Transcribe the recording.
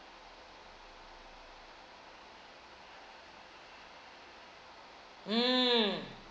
mm